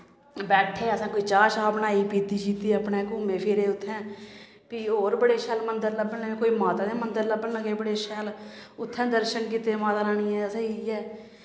बैठे असें कोई चाह् शाह् बनाई पीती शीती अपनै घूमे फिरे उत्थैं फ्ही होर बड़े शैल मन्दर लब्भन लगे कोई माता दे मन्दर लब्भन लगे बड़े शैल उत्थें दर्शन कीते माता रानियें दे असें जाइयै